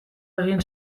egin